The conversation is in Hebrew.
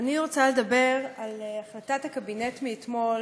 אני רוצה לדבר על החלטת הקבינט מאתמול